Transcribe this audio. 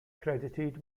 credited